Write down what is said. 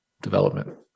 development